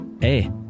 Hey